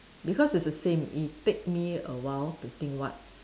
because it's the same it take me a while to think what